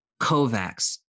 COVAX